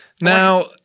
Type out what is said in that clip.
Now